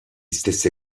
stesse